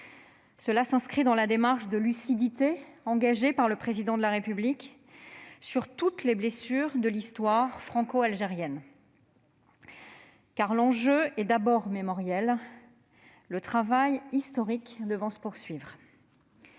Cela s'inscrit dans la démarche de lucidité engagée par le Président de la République sur toutes les blessures de l'histoire franco-algérienne. L'enjeu est en effet d'abord mémoriel, le travail historique devant se poursuivre.